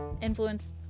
influence